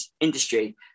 industry